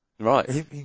Right